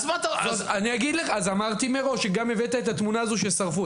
גם הבאת את התמונה הזו ששרפו.